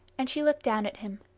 and she looked down at him,